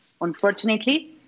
unfortunately